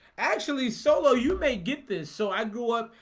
actually solo you may get this so i grew up.